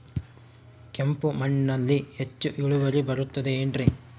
ಕೆಂಪು ಮಣ್ಣಲ್ಲಿ ಹೆಚ್ಚು ಇಳುವರಿ ಬರುತ್ತದೆ ಏನ್ರಿ?